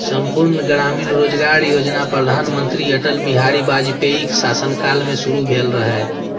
संपूर्ण ग्रामीण रोजगार योजना प्रधानमंत्री अटल बिहारी वाजपेयीक शासन काल मे शुरू भेल रहै